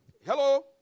hello